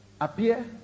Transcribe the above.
Appear